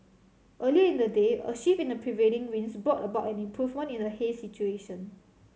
earlier in the day a shift in the prevailing winds brought about an improvement in the haze situation